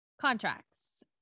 contracts